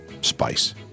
spice